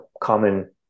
common